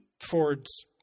Ford's